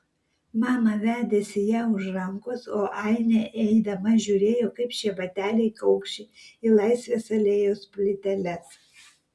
mama vedėsi ją už rankos o ainė eidama žiūrėjo kaip šie bateliai kaukši į laisvės alėjos plyteles